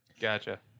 Gotcha